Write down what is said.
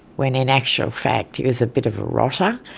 when in actual fact he was a bit of a rotter.